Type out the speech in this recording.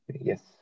Yes